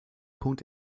punkt